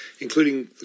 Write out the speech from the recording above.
including